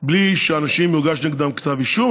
בלי שיוגש נגד האנשים כתב אישום,